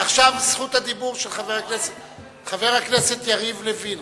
עכשיו זכות הדיבור היא של חבר הכנסת יריב לוין.